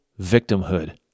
victimhood